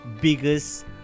biggest